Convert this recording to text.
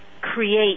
create